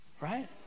right